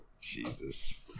jesus